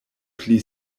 pli